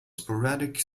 sporadic